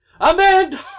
Amanda